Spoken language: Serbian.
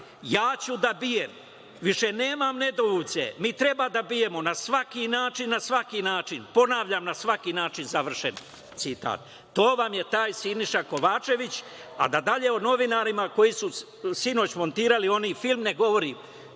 „Ja ću da bijem. Više nemam nedoumice. Mi treba da bijemo na svaki način, na svaki način“. Ponavljam: „Na svaki način“, završen citat. To vam je taj Siniša Kovačević, a da dalje o novinarima koji su sinoć montirali onaj film ne govorim,